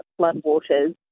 floodwaters